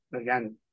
again